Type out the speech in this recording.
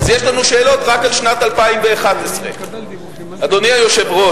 אז יש לנו שאלות רק על שנת 2011. אדוני היושב-ראש.